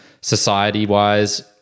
society-wise